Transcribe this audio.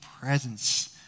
presence